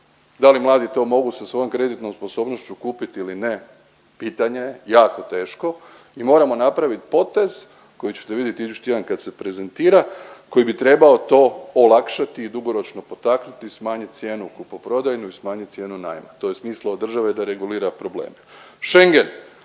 Da li mladi to mogu sa svojom kreditnom sposobnošću kupiti ili ne, pitanje je, jako teško i moramo napraviti potez koji ćete vidjet idući tjedan kad se prezentira, koji bi trebao to olakšati i dugoročno potaknuti i smanjiti cijenu kupoprodajnu i smanjit cijenu najma. To je smisla od države da regulira probleme. Schengen,